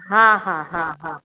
हा हा हा हा